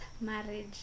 marriage